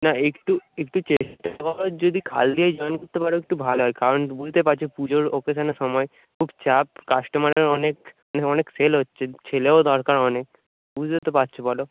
না একটু একটু চেষ্টা করো যদি কাল দিয়ে জয়েন করতে পারো একটু ভালো হয় কারণ বুঝতে পারছ পুজোর অকেশানের সময় খুব চাপ কাস্টমারের অনেক মানে অনেক সেল হচ্ছে ছেলেও দরকার অনেক বুঝতে তো পারছ বলো